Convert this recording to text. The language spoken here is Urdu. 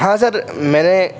ہاں سر میں نے